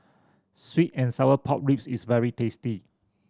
sweet and sour pork ribs is very tasty